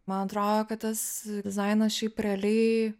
man atrodo kad tas dizainas šiaip realiai